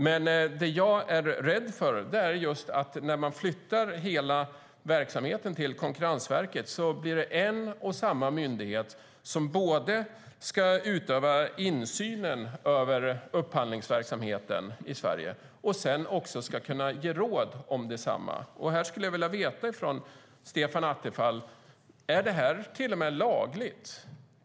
Men vad jag är rädd för är att när man flyttar hela verksamheten till Konkurrensverket blir det en och samma myndighet som ska utöva insynen över upphandlingsverksamheten i Sverige och också kunna ge råd om densamma. Jag skulle vilja veta från Stefan Attefall: Är det här till och med lagligt?